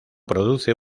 produce